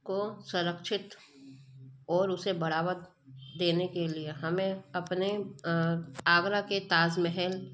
को सुरक्षित और उसे बढ़ावा देने के लिए हमें अपने आगरा के ताज महल